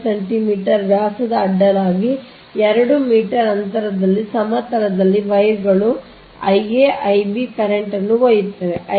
5 centimetre ವ್ಯಾಸದ ಅಡ್ಡಲಾಗಿ 2 metre ಅಂತರದಲ್ಲಿ ಸಮತಲದಲ್ಲಿ ವೈರ್ಗಳು Ia Ib ಕರೆಂಟ್ ನ್ನು ಒಯ್ಯುತ್ತವೆ